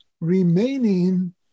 remaining